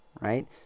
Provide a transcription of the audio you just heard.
right